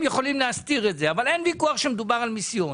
יכולים להסתיר את זה אבל אין ויכוח שמדובר על מיסיון